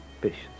Patience